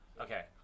okay